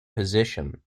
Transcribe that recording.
position